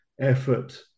effort